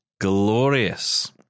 glorious